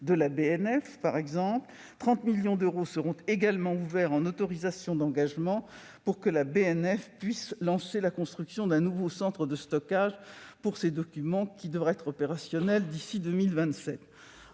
de France. J'ajoute que 30 millions d'euros seront également ouverts en autorisations d'engagement pour que la BNF puisse lancer la construction d'un nouveau centre de stockage pour ses documents, lequel devrait être opérationnel d'ici à 2027.